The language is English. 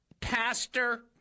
Pastor